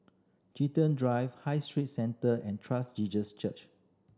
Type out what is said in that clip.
Chiltern Drive High Street Centre and Jesus Church